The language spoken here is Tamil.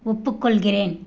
ஒப்புக்கொள்கிறேன்